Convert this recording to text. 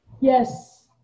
Yes